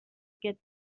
gets